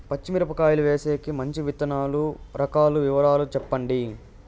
పచ్చి మిరపకాయలు వేసేకి మంచి విత్తనాలు రకాల వివరాలు చెప్పండి?